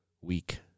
week